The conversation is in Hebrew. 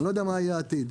אני לא יודע מה יהיה בעתיד.